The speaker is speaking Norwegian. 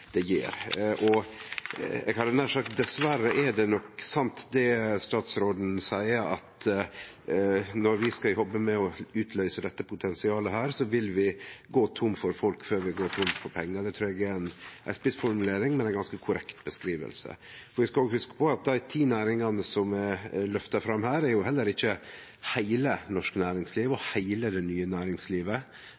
det nok sant, det statsråden seier, at når vi skal jobbe med å utløyse dette potensialet, vil vi gå tomme for folk før vi går tomme for pengar. Det trur eg er ei spissformulering, men det er ei ganske korrekt beskriving. Vi skal òg hugse på at dei ti næringane som er løfta fram her, heller ikkje er heile det norske næringslivet eller heile